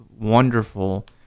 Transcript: wonderful